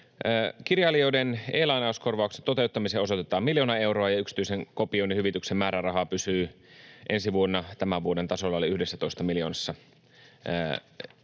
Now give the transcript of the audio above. Kirjailijoiden e-lainauskorvauksien toteuttamiseen osoitetaan miljoona euroa, ja yksityisen kopioinnin hyvityksen määräraha pysyy ensi vuonna tämän vuoden tasolla eli 11 miljoonassa